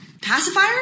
Pacifier